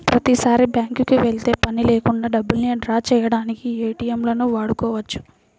ప్రతిసారీ బ్యేంకుకి వెళ్ళే పని లేకుండా డబ్బుల్ని డ్రా చేయడానికి ఏటీఎంలను వాడుకోవచ్చు